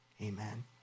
Amen